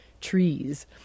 trees